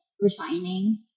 resigning